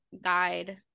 guide